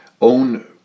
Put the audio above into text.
own